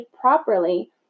properly